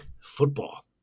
football